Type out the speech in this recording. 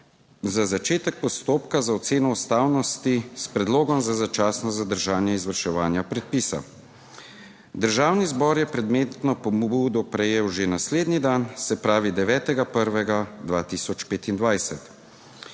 za začetek postopka za oceno ustavnosti s predlogom za začasno zadržanje izvrševanja predpisa. Državni zbor je predmetno pobudo prejel že naslednji dan, se pravi 9. 1. 2025.